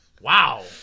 wow